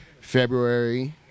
february